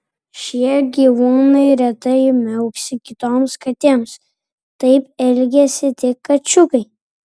šie gyvūnai retai miauksi kitoms katėms taip elgiasi tik kačiukai